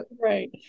Right